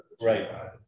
Right